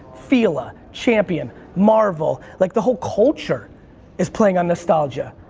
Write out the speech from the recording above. fila, champion, marvel, like the whole culture is playing on nostalgia.